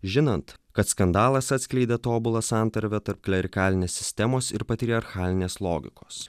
žinant kad skandalas atskleidė tobulą santarvę tarp klerikalinės sistemos ir patriarchalinės logikos